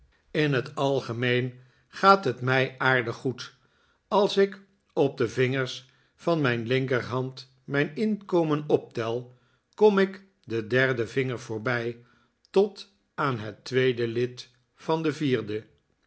in het algemeen gaat het mij aardig goed als ik op de vingers van mijn linkerhand mijn inkomen opte l kom ik den derden vinger voorbij tot aan het tweede lid van den vierde